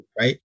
right